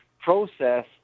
Process